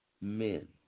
men